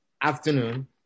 afternoon